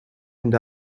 and